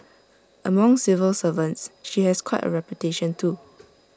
among civil servants she has quite A reputation too